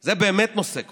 זה באמת נושא כואב,